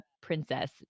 Princess